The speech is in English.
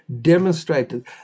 demonstrated